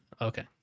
Okay